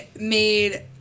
made